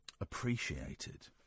appreciated